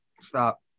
Stop